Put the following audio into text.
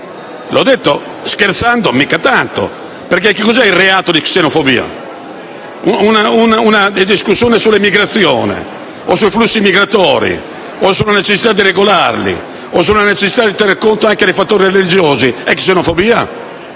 L'ho detto scherzando, mica tanto, perché cos'è il reato di xenofobia? Una discussione sulla migrazione o sui flussi migratori o sulla necessità di regolarli piuttosto che sulla necessità di tener conto anche di fattori religiosi è forse xenofobia?